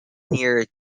near